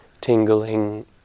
tingling